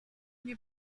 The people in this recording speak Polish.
nie